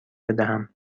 بدهم